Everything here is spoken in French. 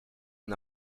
une